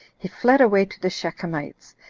he fled away to the shechemites,